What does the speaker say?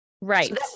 Right